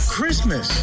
Christmas